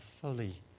fully